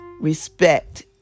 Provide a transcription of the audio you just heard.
respect